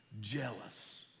jealous